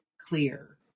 clear